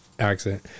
accent